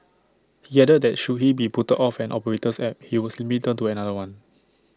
he added that should he be put off an operator's app he would simply turn to another one